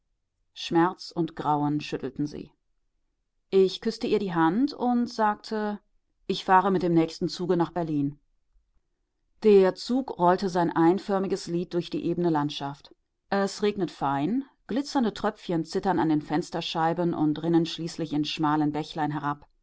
schmerz und grauen schüttelten sie ich küßte ihr die hand und sagte ich fahre mit dem nächsten zuge nach berlin der zug rollte sein einförmiges lied durch die ebene landschaft es regnet fein glitzernde tröpfchen zittern an den fensterscheiben und rinnen schließlich in schmalen bächlein